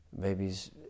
babies